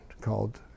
called